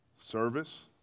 service